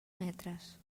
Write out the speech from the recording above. metres